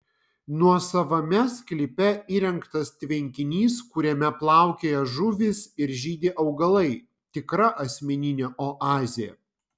nuosavame sklype įrengtas tvenkinys kuriame plaukioja žuvys ir žydi augalai tikra asmeninė oazė